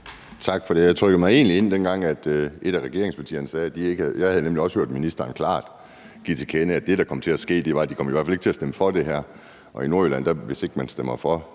Tak for det. Jeg trykkede mig egentlig ind, dengang et af regeringspartierne sagde det. Jeg havde nemlig også hørt ministeren klart give til kende, at det, der kom til at ske, var, at de i hvert fald ikke kom til at stemme for det her. Og i Nordjylland er det sådan, at hvis ikke man stemmer for,